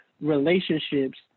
relationships